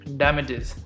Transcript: damages